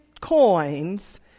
coins